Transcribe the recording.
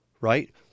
right